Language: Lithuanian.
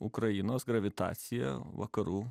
ukrainos gravitaciją vakarų